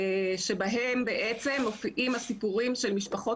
שבהם בעצם מופיעים הסיפורים של משפחות